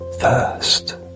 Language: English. first